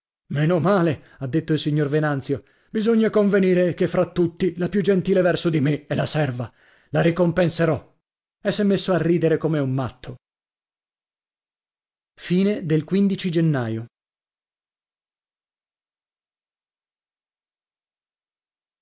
male ha detto il signor venanzio bisogna convenire che fra tutti la più gentile verso di me è la serva la ricompenserò e sè messo a ridere come un matto gennaio